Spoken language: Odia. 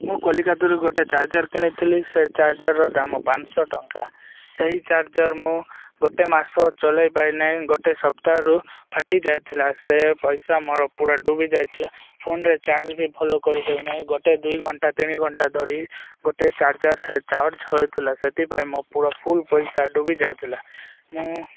ମୁଁ କଲିକତାରୁ ଗୋଟେ ଚାର୍ଜର କିଣିଥିଲି ସେ ଚାର୍ଜରର ଦାମ ପାଁଶହ ଟଙ୍କା ସେହି ଚାର୍ଜର ମୁଁ ଗୋଟେ ମାସ ଚଲେଇବାଏ ନାହିଁ ଗୋଟେ ସପ୍ତାହରୁ ଫାଟି ଯାଇଥିଲା ସେ ପଇସା ମୋର ପୁରା ଡୁବି ଯାଇଥିଲା ଫୋନରେ ଚାର୍ଜ ବି ଭଲ କରିହଉ ନାହିଁ ଗୋଟେ ଦୁଇ ଘଣ୍ଟା ତିନି ଘଣ୍ଟା ଧରି ଗୋଟେ ଚାର୍ଜର ଚାର୍ଜ ହୋଇଥିଲା ସେଥିପାଇଁ ମୋ ପୁରା ଫୁଲ୍ ପଇସା ଡୁବି ଯାଉଥିଲା ମୁଁ